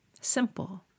simple